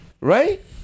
Right